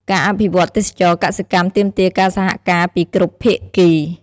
ការអភិវឌ្ឍទេសចរណ៍កសិកម្មទាមទារការសហការពីគ្រប់ភាគី។